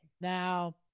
Now